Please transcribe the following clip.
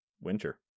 winter